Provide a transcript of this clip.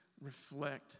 reflect